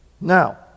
Now